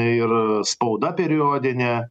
ir spauda periodinė